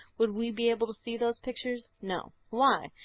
would we be able to see those pictures? no. why?